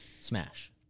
smash